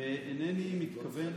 ואינני מתכוון